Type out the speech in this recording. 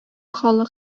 халык